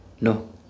No